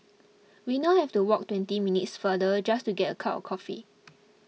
we now have to walk twenty minutes farther just to get a cup of coffee